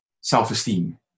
self-esteem